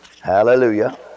Hallelujah